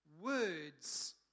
Words